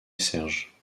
serge